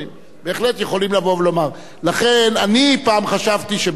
אני פעם חשבתי שבאמת חוק של הכנסת הוא חוק שלא משנים אותו,